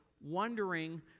wondering